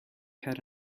had